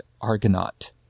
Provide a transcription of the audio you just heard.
Argonaut